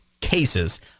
cases